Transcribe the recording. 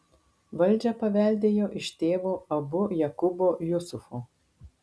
valdžią paveldėjo iš tėvo abu jakubo jusufo